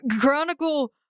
chronicle